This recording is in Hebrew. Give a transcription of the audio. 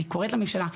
ואני קוראת לממשלה.